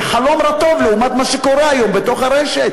זה חלום רטוב לעומת מה שקורה היום בתוך הרשת.